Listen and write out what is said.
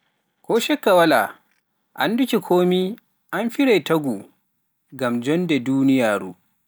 ko shekka walaa, annduki komi amfirai taagu ngam jonde duniyaaru.